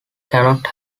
cannot